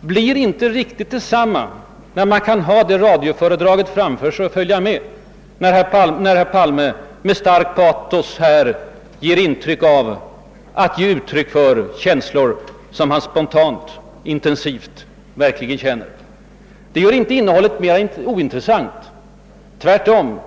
blir inte riktigt detsamma, om man kan ha det radioföredraget framför sig och följa med, när herr Palme med starkt patos här ger intryck av att ge uttryck för känslor som han spontant och intensivt verkligen känner. Det gör inte innehållet mera ointressant, tvärtom.